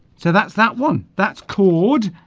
so that's that one that's chord